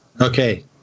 Okay